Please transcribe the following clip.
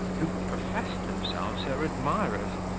who professed themselves her admirers.